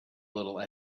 little